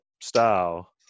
style